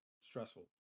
stressful